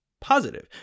positive